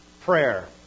Prayer